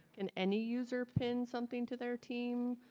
and any user pin something to their team?